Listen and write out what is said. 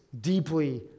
deeply